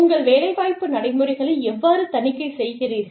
உங்கள் வேலைவாய்ப்பு நடைமுறைகளை எவ்வாறு தணிக்கை செய்கிறீர்கள்